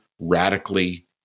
radically